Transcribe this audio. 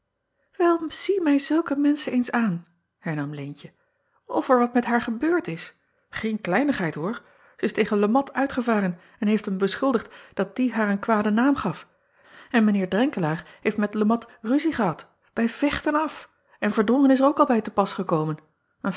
el zie mij zulke menschen eens aan hernam eentje of er wat met haar gebeurd is een kleinigheid hoor ij is tegen e at uitgevaren en heeft hem beschuldigd dat die haar een kwaden naam gaf en mijn eer renkelaer heeft met e at ruzie gehad bij vechten af en erdrongen is er ook al bij te pas gekomen